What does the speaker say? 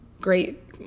great